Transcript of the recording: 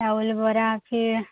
ଚାଉଲ୍ ବରା ଅଛି